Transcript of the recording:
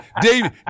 David